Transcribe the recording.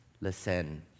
Listen